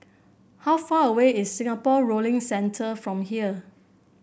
how far away is Singapore Rowing Centre from here